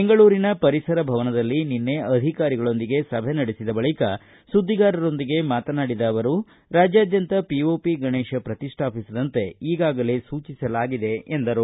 ಬೆಂಗಳೂರಿನ ಪರಿಸರ ಭವನದಲ್ಲಿ ನಿನ್ನೆ ಅಧಿಕಾರಿಗಳೊಂದಿಗೆ ಸಭೆ ನಡೆಸಿದ ಬಳಿಕ ಸುದ್ದಿಗಾರರೊಂದಿಗೆ ಮಾತನಾಡಿದ ಅವರು ರಾಜ್ಯಾದ್ಯಂತ ಪಿಒಪಿ ಗಣೇಶ ಪ್ರತಿಷ್ಠಾಪಿಸದಂತೆ ಈಗಾಗಲೇ ಸೂಚಿಸಲಾಗಿದೆ ಎಂದರು